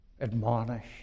Admonish